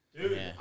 Dude